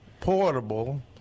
portable